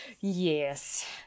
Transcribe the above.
Yes